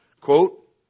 Quote